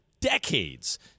decades